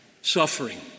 suffering